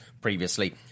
previously